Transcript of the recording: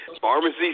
pharmacy